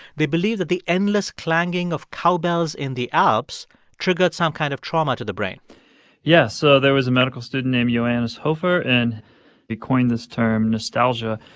they believed that the endless clanging of cowbells in the alps triggered some kind of trauma to the brain yeah. so there was a medical student named johannes hofer. and he coined this term nostalgia,